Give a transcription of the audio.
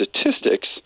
statistics